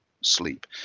sleep